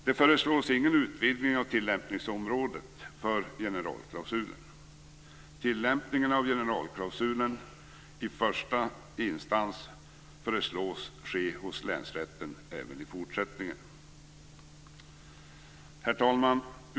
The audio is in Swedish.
Det föreslås ingen utvidgning av tillämpningsområdet för generalklausulen. Tillämpningen av generalklausulen i första instans föreslås ske hos länsrätten även i fortsättningen. Herr talman!